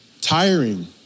tiring